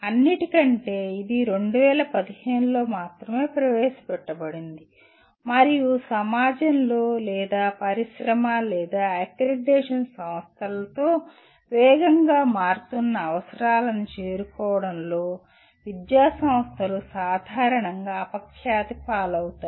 అన్నింటికంటే ఇది 2015 లో మాత్రమే ప్రవేశపెట్టబడింది మరియు సమాజంలో లేదా పరిశ్రమ లేదా అక్రిడిటేషన్ సంస్థలతో వేగంగా మారుతున్న అవసరాలని చేరుకోవడంలో విద్యా సంస్థలు సాధారణంగా అపఖ్యాతి పాలవుతాయి